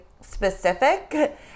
specific